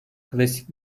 klasik